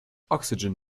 oxygen